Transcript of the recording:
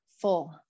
Full